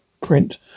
print